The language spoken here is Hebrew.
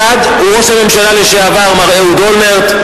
אחד הוא ראש הממשלה לשעבר מר אהוד אולמרט,